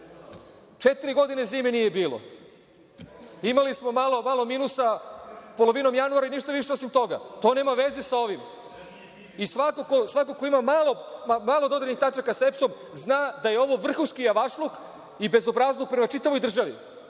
Četiri godine zime nije bilo. Imali smo malo minusa polovinom januara i ništa više osim toga. To nema veze sa ovim. Svako ko ima malo dodirnih tačaka sa EPS-om zna da je ovo vrhunski javašluk i bezobrazluk prema čitavoj državi,